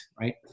right